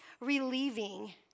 relieving